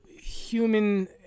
human